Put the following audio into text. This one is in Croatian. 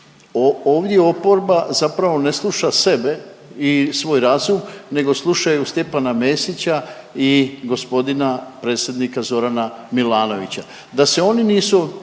ovdje oporba zapravo ne sluša sebe i svoj razum nego slušaju Stjepana Mesića i gospodina predsjednika Zorana Milanovića.